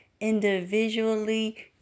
individually